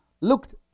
looked